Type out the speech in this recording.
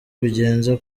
ibigenza